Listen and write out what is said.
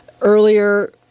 Earlier